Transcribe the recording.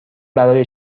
برای